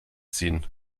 ziehen